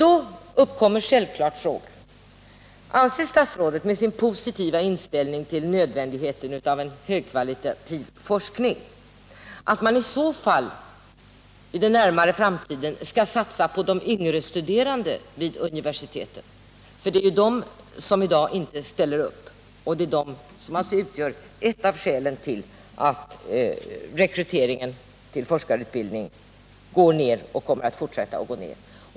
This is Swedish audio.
Då uppkommer självklart frågan: Anser statsrådet med sin positiva inställning till nödvändigheten av en högkvalitativ forskning att man i så fall inom den närmare framtiden skall satsa på de yngre studerande vid universiteten? För det är de som i dag inte ställer upp, och det är de som alltså utgör ett av skälen till att rekryteringen till forskarutbildningen går ned och kommer att fortsätta att gå ned.